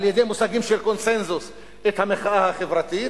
על-ידי מושגים של קונסנזוס, את המחאה החברתית,